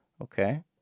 Okay